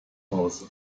hause